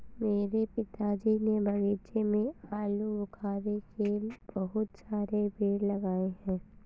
मेरे पिताजी ने बगीचे में आलूबुखारे के बहुत सारे पेड़ लगाए हैं